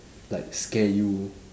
like scare you